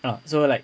ah so like